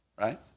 right